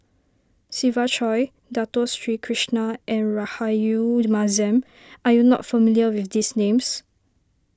Siva Choy Dato Sri Krishna and Rahayu Mahzam are you not familiar with these names